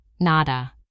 Nada